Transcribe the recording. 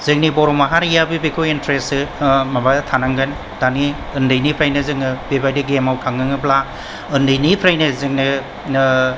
जोंनि बर' माहारिआ बेखौ इन्ट्रेस्ट माबा थानांगोन दानि उन्दैनिफ्रायनो जोङो बेबादि गेमाव थांनाङोब्ला उन्दैनिफ्रायनो जोंनो